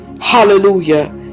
hallelujah